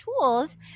tools